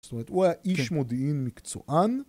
זאת אומרת הוא היה איש מודיעין מקצוען